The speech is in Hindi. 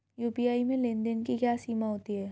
यू.पी.आई में लेन देन की क्या सीमा होती है?